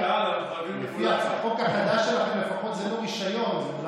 לפי החוק החדש שלכם לפחות זה לא רישיון.